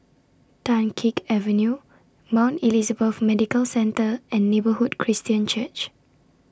Dunkirk Avenue Mount Elizabeth Medical Centre and Neighbourhood Christian Church